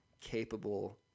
capable